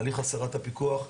הליך הסרת הפיקוח,